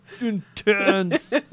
intense